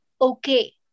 okay